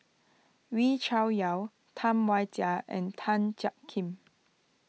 Wee Cho Yaw Tam Wai Jia and Tan Jiak Kim